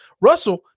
Russell